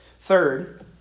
Third